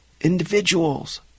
Individuals